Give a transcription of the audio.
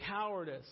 cowardice